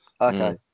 Okay